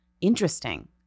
interesting